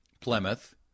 Plymouth